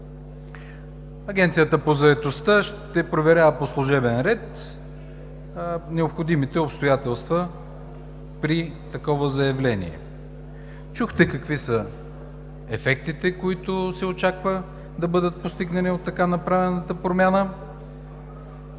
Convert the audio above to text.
Агенцията по заетостта ще проверява по служебен ред необходимите обстоятелства при такова заявление. Чухте какви са ефектите, които се очаква да бъдат постигнати от така направената промяна.